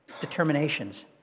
determinations